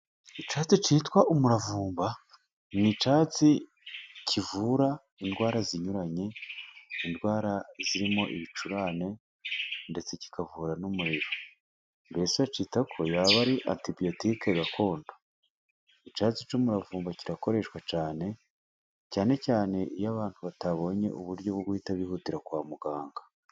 Icyatsi cyitwa umuravumba ni icyatsi kivura indwara zinyuranye, indwara zirimo ibicurane ndetse kikavura n'umuriro, mbese bacyitako yaba ari antibiyotike gakondo. Icyatsi cy'umuravumba kirakoreshwa cyane, cyane cyane iyo abantu batabonye uburyo bwo guhita bihutira kwa muganga.